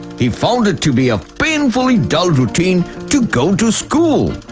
he found it to be a painfully dull routine to go to school.